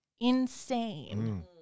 insane